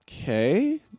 okay